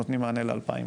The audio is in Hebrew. נותנים מענה ל-2000 בסה"כ.